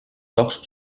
tocs